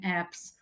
apps